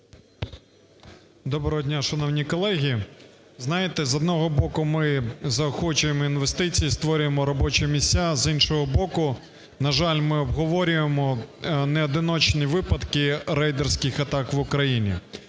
Доброго дня, шановні колеги. Знаєте, з одного боку, ми заохочуємо інвестиції, створюємо робочі місця, а з іншого боку, на жаль, ми обговорюємо неодиночні випадки рейдерських атак в Україні,